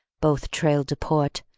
both trailed to port,